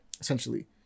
essentially